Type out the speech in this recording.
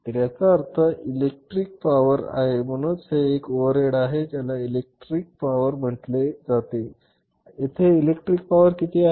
तर याचा अर्थ इलेक्ट्रिक पॉवर आहे म्हणूनच हे एक ओव्हरहेड आहे ज्याला इलेक्ट्रिक पॉवर म्हटले जाते आणि येथे इलेक्ट्रिक पॉवर किती आहे